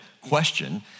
question